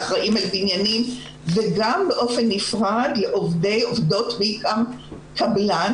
לאחראים על בניינים וגם באופן נפרד לעובדות קבלן